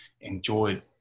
enjoy